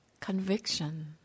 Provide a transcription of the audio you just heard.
conviction